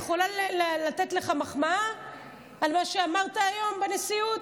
אני יכולה לתת לך מחמאה על מה שאמרת היום בנשיאות?